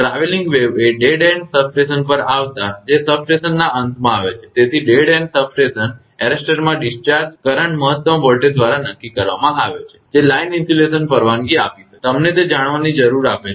travelling wave એ dead end station પર આવતા જે સબસ્ટેશનના અંતમાં આવે છે તેથી ડેડ એન્ડ સ્ટેશન એરેસ્ટરમાં ડિસ્ચાર્જ કરંટ મહત્તમ વોલ્ટેજ દ્વારા નક્કી કરવામાં આવે છે જે લાઇન ઇન્સ્યુલેશન પરવાનગી આપી શકે છે તમને તે જાણવાની મંજૂરી આપે છે